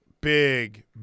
Big